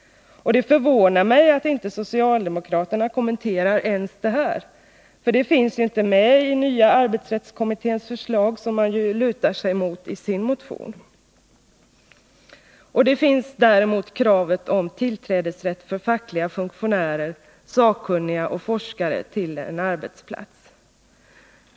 Det förvånar mig att inte socialdemokraterna kommenterar ens detta — det finns nämligen inte med i den nya arbetsrättskommitténs förslag, som socialdemokraterna lutar sig emot i sin motion. I förslaget finns däremot kravet om rätt för fackliga funktionärer, sakkunniga och forskare att få tillträde till en arbetsplats.